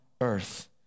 earth